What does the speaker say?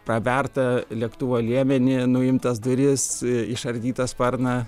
pravertą lėktuvo liemenį nuimtas duris išardytą sparną